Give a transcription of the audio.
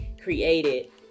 created